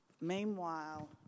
Meanwhile